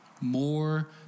more